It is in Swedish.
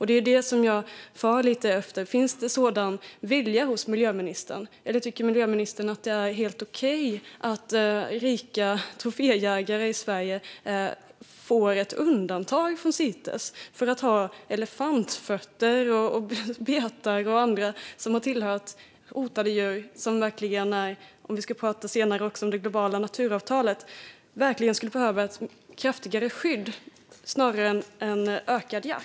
Det är lite grann detta jag far efter: Finns det en sådan vilja hos miljöministern, eller tycker miljöministern att det är helt okej att rika troféjägare i Sverige får ett undantag från Cites för att föra in elefantfötter, betar och annat som har tillhört hotade djur? Vi ska senare prata även om det globala naturavtalet, och dessa djur skulle verkligen behöva ett kraftigare skydd snarare än ökad jakt.